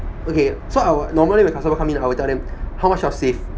okay so I will normally when the customer come in I will tell them how much you save